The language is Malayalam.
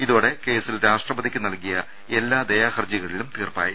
ഇതോടെ കേസിൽ രാഷ്ട്രപതിക്ക് നൽകിയ എല്ലാ ദയാഹർജികളിലും തീർപ്പായി